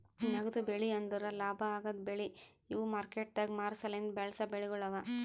ನಗದು ಬೆಳಿ ಅಂದುರ್ ಲಾಭ ಆಗದ್ ಬೆಳಿ ಇವು ಮಾರ್ಕೆಟದಾಗ್ ಮಾರ ಸಲೆಂದ್ ಬೆಳಸಾ ಬೆಳಿಗೊಳ್ ಅವಾ